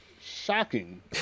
shocking